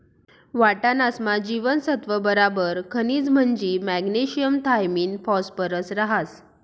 वाटाणासमा जीवनसत्त्व बराबर खनिज म्हंजी मॅग्नेशियम थायामिन फॉस्फरस रहास